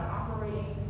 operating